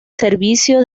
servicio